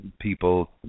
people